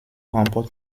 remporte